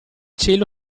cielo